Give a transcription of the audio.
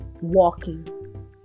walking